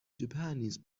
japanese